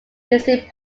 missing